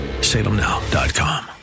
salemnow.com